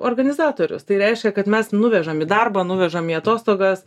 organizatorius tai reiškia kad mes nuvežam į darbą nuvežam į atostogas